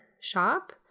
shop